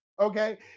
Okay